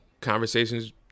conversations